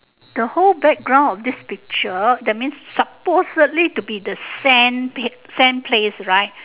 the whole background of this picture that means supposedly to be the same place same place right